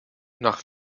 nach